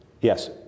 yes